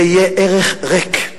זה יהיה ערך ריק.